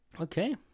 okay